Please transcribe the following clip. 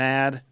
Mad